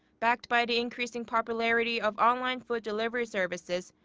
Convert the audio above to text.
backed by the increasing popularity of online food delivery services.